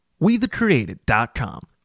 WeTheCreated.com